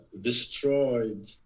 destroyed